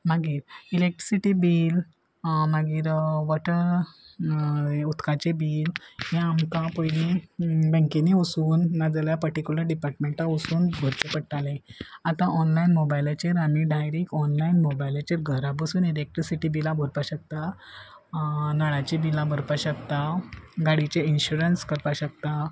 मागीर electricity bill मागीर water उदकाचे बिल हें आमकां पयली बँकेनी वचून नाजाल्या पर्टिकुलर डिपार्टमेंटा वसून भरचे पडटाले आतां ऑनलायन मोबायलाचेर आमी डायरेक्ट ऑनलायन मोबायलाचेर घरा बसून इलेक्ट्रिसिटी बिलां भरपा शकता नळाची बिलां भरपा शकता गाडयेचे इनशुरन्स करपाक शकता